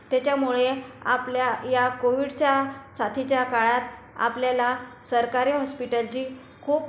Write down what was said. त्याच्यामुळे आपल्या या कोविडच्या साथीच्या काळात आपल्याला सरकारी हॉस्पिटलची खूप